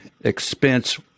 expense